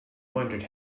wondered